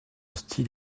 style